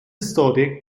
storie